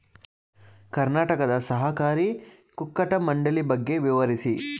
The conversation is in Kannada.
ಕರ್ನಾಟಕ ಸಹಕಾರಿ ಕುಕ್ಕಟ ಮಂಡಳಿ ಬಗ್ಗೆ ವಿವರಿಸಿ?